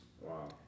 Wow